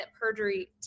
perjury